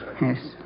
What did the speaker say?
Yes